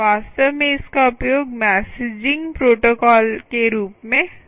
वास्तव में इसका उपयोग मैसेजिंग प्रोटोकॉल के रूप में कर रहा है